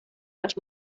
las